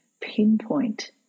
pinpoint